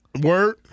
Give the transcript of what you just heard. Word